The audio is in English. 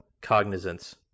Cognizance